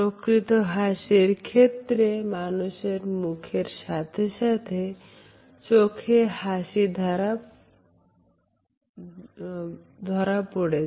প্রকৃত হাসির ক্ষেত্রে মানুষের মুখের সাথে সাথে চোখে হাসি ধরা পড়ে